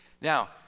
Now